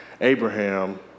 Abraham